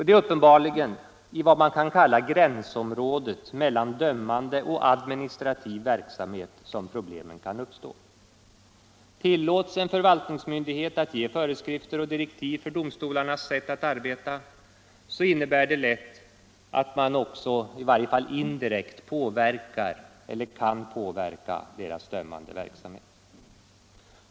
Det är uppenbarligen i vad man kan kalla gränsområdet mellan dömande och administrativ verksamhet som problemen kan uppstå. Tillåts en förvaltningsmyndighet att ge föreskrifter och direktiv för domstolarnas sätt att arbeta, innebär det lätt att man också —-i varje fall indirekt — påverkar eller kan påverka deras dömande verksamhet.